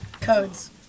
Codes